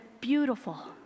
beautiful